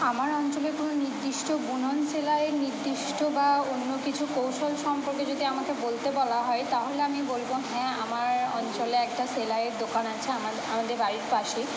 আমার অঞ্চলে কোনো নির্দিষ্ট বুনন সেলাইয়ের নির্দিষ্ট বা অন্য কিছু কৌশল সম্পর্কে যদি আমাকে বলতে বলা হয় তাহলে আমি বলবো হ্যাঁ আমার অঞ্চলে একটা সেলাইয়ের দোকান আছে আমাদের বাড়ির পাশেই